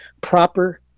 proper